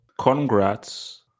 congrats